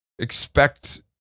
expect